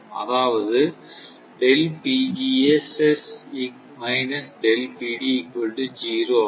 அதாவது ஆகும்